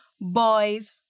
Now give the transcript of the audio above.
boys